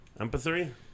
Empathy